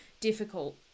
difficult